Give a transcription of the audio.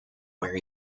where